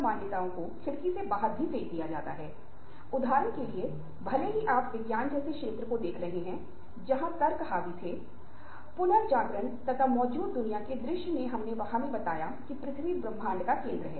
इसलिए कोई भी बातचीत कर सकता है अगर कोई नहीं जानता कि कैसे राजी करना है तो कोई बातचीत नहीं कर सकता है अगर कोई नहीं जानता कि कैसे राजी करना है और कई स्थितियों में दूसरों को मनाने के लिए संचार और संबंद एक महत्वपूर्ण भूमिका निभाते है